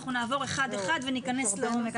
אנחנו נעבור אחת אחת וניכנס לעומק.